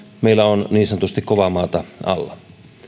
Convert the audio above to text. meillä on niin sanotusti kovaa maata alla